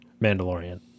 Mandalorian